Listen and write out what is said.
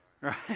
Right